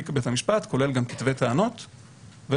תיק בית המשפט כולל גם כתבי טענות ופרוטוקול.